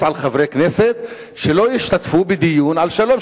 על חברי כנסת שלא ישתתפו בדיון על שלום,